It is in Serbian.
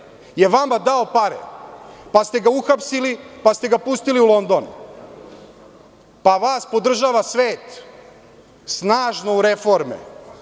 Vaš arhineprijatelj je vama dao pare pa ste ga uhapsili, pa ste ga pustili u London, pa vas podržava svet snažno u reformama.